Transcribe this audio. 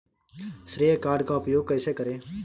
श्रेय कार्ड का उपयोग कैसे करें?